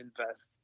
invest